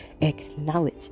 acknowledge